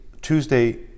Tuesday